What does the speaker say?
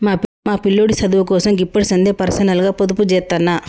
మా పిల్లోడి సదువుకోసం గిప్పడిసందే పర్సనల్గ పొదుపుజేత్తన్న